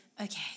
okay